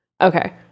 okay